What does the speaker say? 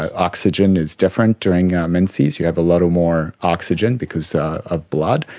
oxygen is different during menses, you have a lot more oxygen because of blood,